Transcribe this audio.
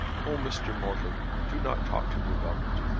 oh, mr. morton do not talk to me about it!